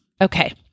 Okay